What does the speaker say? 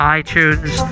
iTunes